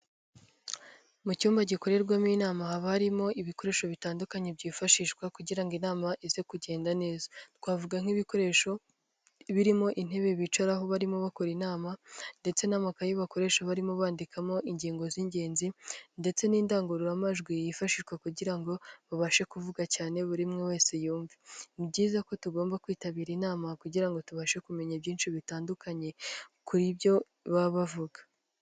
Mu cyumba gikorerwamo inama haba harimo ibikoresho bitandukanye byifashishwa kugira ngo inama ize kugenda neza , twavuga nk'ibikoresho birimo intebe bicaraho barimo bakora inama ndetse n'amakayi bakoresha barimo bandikamo ingingo z'ingenzi ndetse n'indangururamajwi yifashishwa kugira ngo babashe kuvuga cyane buri umwe wese yumve, ni byiza ko tugomba kwitabira inama kugira ngo tubashe kumenya byinshi bitandukanye ku ibyo baba bavuga.